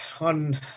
on